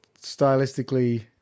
stylistically